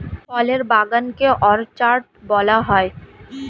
ফলের বাগান কে অর্চার্ড বলা হয়